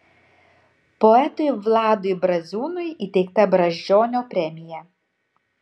poetui vladui braziūnui įteikta brazdžionio premija